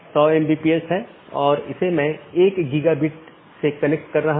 AS के भीतर इसे स्थानीय IGP मार्गों का विज्ञापन करना होता है क्योंकि AS के भीतर यह प्रमुख काम है